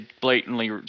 blatantly